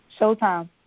Showtime